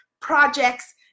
projects